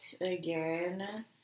again